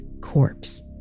corpse